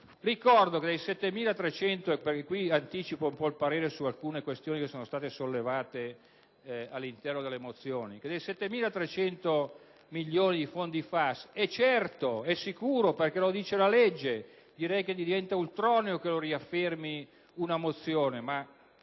mozioni) dei 7.300 milioni di fondi FAS è certo, è sicuro, perché lo prevede la legge (direi che diventa ultroneo che lo riaffermi una mozione, ma